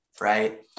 right